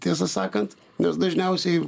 tiesą sakant nes dažniausiai